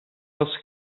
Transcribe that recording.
els